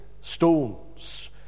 stones